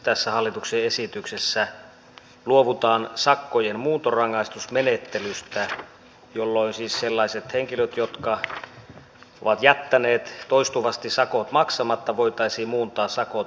tässä hallituksen esityksessä luovutaan sakkojen muuntorangaistusmenettelystä jolloin siis sellaisten henkilöiden kohdalla jotka ovat jättäneet toistuvasti sakot maksamatta voitaisiin muuntaa sakot vankeusrangaistukseksi